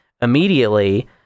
immediately